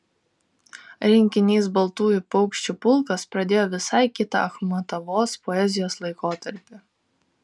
rinkinys baltųjų paukščių pulkas pradėjo visai kitą achmatovos poezijos laikotarpį